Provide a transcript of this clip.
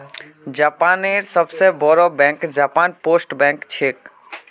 जापानेर सबस बोरो बैंक जापान पोस्ट बैंक छिके